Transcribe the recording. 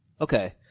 Okay